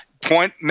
point